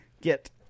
get